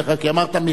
כי אמרת "מחלף",